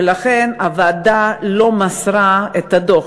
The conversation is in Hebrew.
ולכן הוועדה לא מסרה את הדוח.